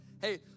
Hey